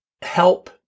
help